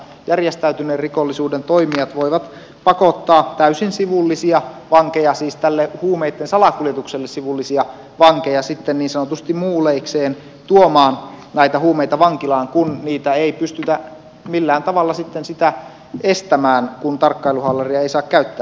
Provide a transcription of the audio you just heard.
järjestäytyneen rikollisuuden toimijat voivat pakottaa täysin sivullisia vankeja siis tälle huumeitten salakuljetukselle sivullisia vankeja sitten niin sanotusti muuleikseen tuomaan näitä huumeita vankilaan kun sitä ei pystytä millään tavalla sitten estämään kun tarkkailuhaalaria ei saa käyttää